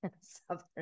Southern